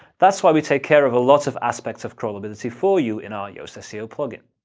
that's why we take care of a lot of aspects of crawlability for you in our yoast seo plugin.